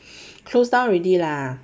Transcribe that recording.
closed down already lah